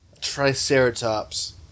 Triceratops